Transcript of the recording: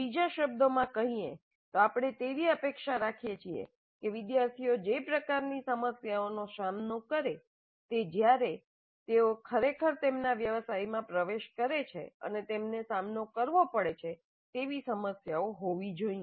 બીજા શબ્દોમાં કહીએ તો આપણે તેવી અપેક્ષા રાખીએ છીએ કે વિદ્યાર્થીઓ જે પ્રકારની સમસ્યાઓનો સામનો કરે તે જ્યારે તેઓ ખરેખર તેમના વ્યવસાયમાં પ્રવેશ કરે છે અને તેમને સામનો કરવો પડે છે તેવી સમસ્યાઓ હોવી જોઈએ